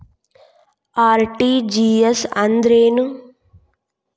RTGS ಅಂದ್ರೇನು?